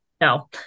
No